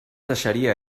deixaria